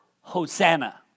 Hosanna